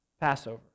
Passover